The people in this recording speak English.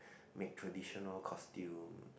make traditional costumes